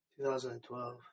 2012